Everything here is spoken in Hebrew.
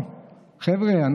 חבר'ה,